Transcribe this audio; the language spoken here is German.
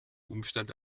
umstand